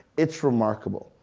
it's remarkable.